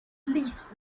least